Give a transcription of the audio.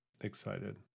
excited